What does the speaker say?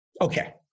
Okay